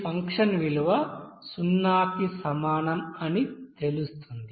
ఈ ఫంక్షన్ విలువ సున్నాకి సమానం అని తెలుస్తుంది